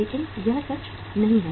लेकिन यह सच नहीं है